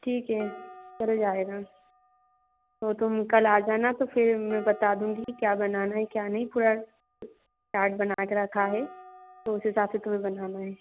ठीक है चल जाएगा तो तुम कल आ जाना तो फिर मैं बता दूंगी क्या बनाना है क्या नहीं पूरा चार्ट बनाके रखा है तो उस हिसाब से तुम्हें बनाना है